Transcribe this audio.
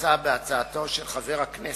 כמוצע בהצעתו של חבר הכנסת